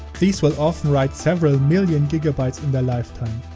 these will often write several million gigabytes in their lifetime.